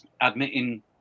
Admitting